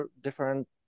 different